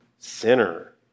Sinner